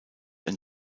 ein